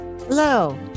hello